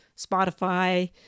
Spotify